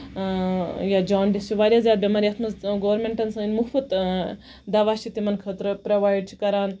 اۭں یا جونڈٕس چھ واریاہ زیادٕ بیمارِ یَتھ منٛز گورمینٹَن سٲنۍ مُفت دوا چھُ تَمہِ خٲطرٕ پرووایڈ چھُ کران